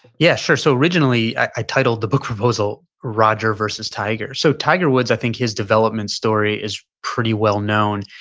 yeah sure. so originally i titled the book proposal roger versus tiger. so tiger woods i think his development story is pretty well known.